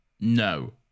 No